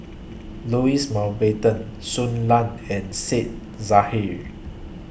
Louis Mountbatten Shui Lan and Said Zahari